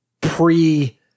pre